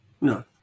No